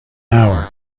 hour